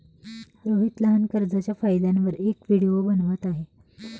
रोहित लहान कर्जच्या फायद्यांवर एक व्हिडिओ बनवत आहे